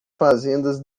fazendas